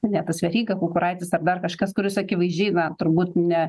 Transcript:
ne tas veryga kukuraitis ar dar kažkas kuris akivaizdžiai na turbūt ne